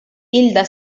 hilda